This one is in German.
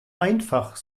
einfach